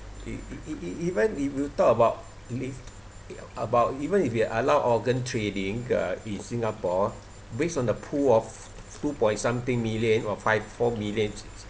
if if if if if even if you talk about live about even if you allow organ trading uh in singapore based on the pool of two point something million or five four million